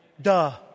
Duh